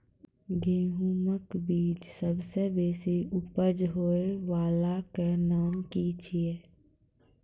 गेहूँमक बीज सबसे बेसी उपज होय वालाक नाम की छियै?